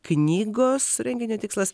knygos renginio tikslas